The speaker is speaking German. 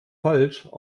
falsch